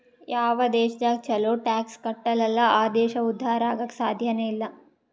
ಯಾವ್ ದೇಶದಾಗ್ ಛಲೋ ಟ್ಯಾಕ್ಸ್ ಕಟ್ಟಲ್ ಅಲ್ಲಾ ಆ ದೇಶ ಉದ್ಧಾರ ಆಗಾಕ್ ಸಾಧ್ಯನೇ ಇಲ್ಲ